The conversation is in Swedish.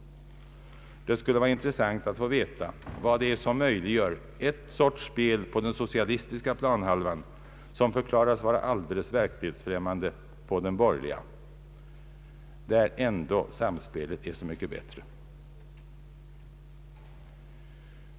Det skulle vara intressant att få veta vad det är som möjliggör ett spel på den socialistiska planhalvan som förklaras vara alldeles verklighetsfrämmande på den borgerliga, där ändå samspelet är så mycket bättre.